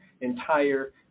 entire